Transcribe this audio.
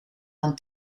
dan